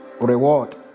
reward